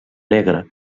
negre